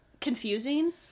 confusing